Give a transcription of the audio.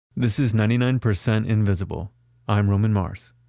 this is ninety nine percent invisible i'm roman mars